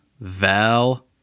Val